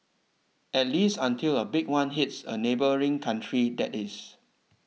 at least until a big one hits a neighbouring country that is